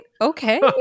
Okay